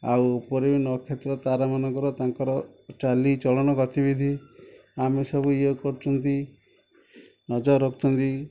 ଆଉ ଉପରେ ନକ୍ଷେତ୍ର ତାରା ମାନଙ୍କର ତାଙ୍କର ଚାଲି ଚଳନ ଗତିବିଧି ଆମେ ସବୁ ଇଏ କରୁଛନ୍ତି ନଜର ରଖୁଛନ୍ତି